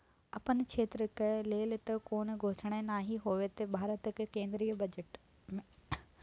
अपन क्षेत्रक लेल तँ कोनो घोषणे नहि होएत छै भारतक केंद्रीय बजट मे